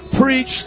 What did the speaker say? Preach